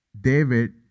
David